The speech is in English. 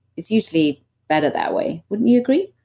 it's usually better that way. would you agree?